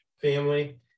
family